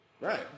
Right